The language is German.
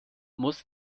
muss